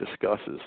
discusses